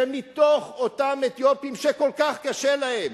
שמתוך אותם אתיופים שכל כך קשה להם,